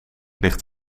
ligt